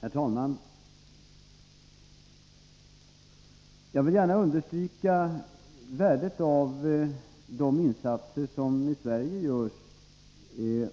Herr talman! Jag vill gärna understryka värdet av de insatser som i Sverige görs